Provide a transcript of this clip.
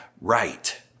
right